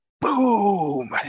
boom